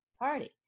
party